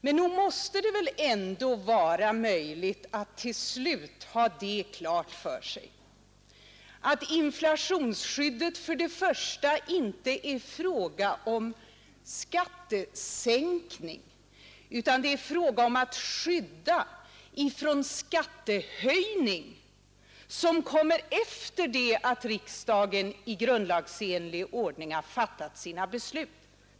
Men nog måste det väl ändå vara möjligt att till slut ha klart för sig att inflationsskyddet inte är en fråga om skattesänkning utan en fråga om att skydda från en skattehöjning som kommer efter det att riksdagen i grundlagsenlig ordning har fattat sina beslut.